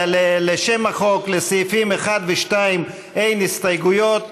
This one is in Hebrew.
לשם החוק, לסעיפים 1 ו-2 אין הסתייגויות.